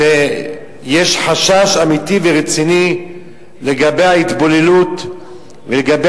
כשיש חשש אמיתי ורציני לגבי ההתבוללות ולגבי